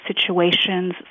situations